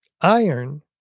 iron